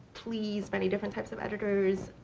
please many different types of editors.